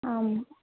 आम्